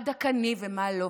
מה דכאני ומה לא,